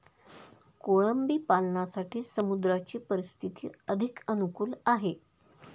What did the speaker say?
कोळंबी पालनासाठी समुद्राची परिस्थिती अधिक अनुकूल आहे